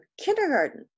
kindergarten